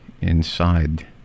inside